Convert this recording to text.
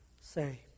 say